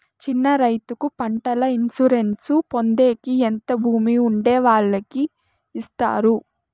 చిన్న రైతుకు పంటల ఇన్సూరెన్సు పొందేకి ఎంత భూమి ఉండే వాళ్ళకి ఇస్తారు?